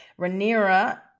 Rhaenyra